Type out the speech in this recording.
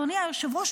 אדוני היושב-ראש,